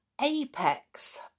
apex